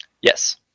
Yes